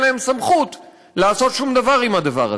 להם סמכות לעשות שום דבר עם הדבר הזה.